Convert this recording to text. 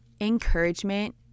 Encouragement